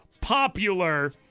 popular